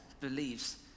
believes